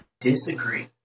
disagree